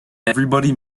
everybody